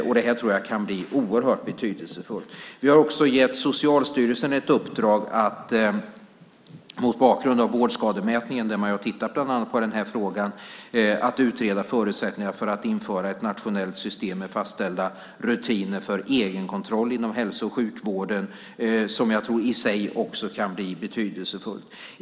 Jag tror att det kan bli oerhört betydelsefullt. Vi har också gett Socialstyrelsen i uppdrag - mot bakgrund av vårdskademätningen där man bland annat har tittat på denna fråga - att utreda förutsättningarna för att införa ett nationellt system med fastställda rutiner för egenkontroll inom hälso och sjukvården. Det tror jag också kan bli betydelsefullt.